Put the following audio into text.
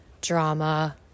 drama